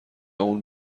اون